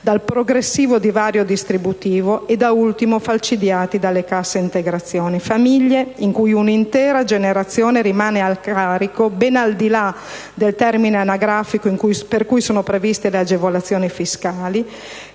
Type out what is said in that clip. dal progressivo divario distributivo e, da ultimo, falcidiati dalle casse integrazioni. Famiglie in cui un'intera generazione rimane a carico ben al di là del termine anagrafico per cui sono previste quelle agevolazioni fiscali,